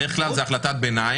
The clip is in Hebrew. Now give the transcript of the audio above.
בדרך כלל זה החלטת ביניים,